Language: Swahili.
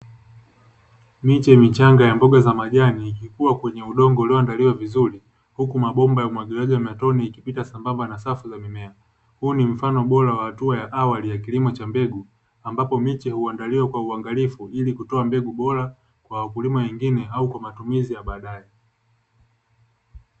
Miche michanga ya mboga za majani ikikua kwenye udongo ulioandaliwa vizuri, huku mabomba ya umwagiliaji wa matone ikipita sambamba na safu za mimea, huu ni mfano bora ya hatua ya awali ya kilimo cha mbegu, ambapo miche huandaliwa kwa uangalifu, ili kutoa mbegu bora, kwa wakulima wengine au kwa matumizi ya baadae.